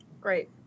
great